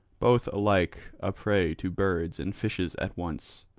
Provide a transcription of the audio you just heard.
both alike a prey to birds and fishes at once.